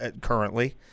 currently